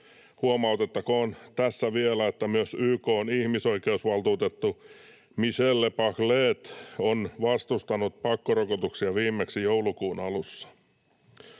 Huomautettakoon tässä vielä, että myös YK:n ihmisoikeusvaltuutettu Michelle Bachelet on vastustanut pakkorokotuksia viimeksi joulukuun alussa.